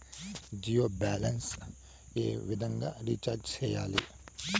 Jio balance ఏ విధంగా recharge సేయాలి?